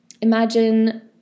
imagine